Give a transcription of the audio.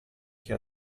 che